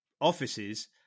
offices